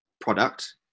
product